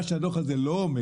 מה שהדוח הזה לא אומר